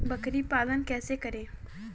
बकरी पालन कैसे करें?